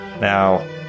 Now